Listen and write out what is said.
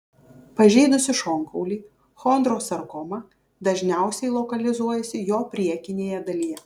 pažeidusi šonkaulį chondrosarkoma dažniausiai lokalizuojasi jo priekinėje dalyje